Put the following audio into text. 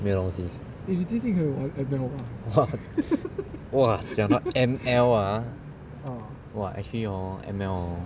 没有东西 !wah! !wah! 讲到 M_L ah !wah! actually hor M_L hor